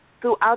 throughout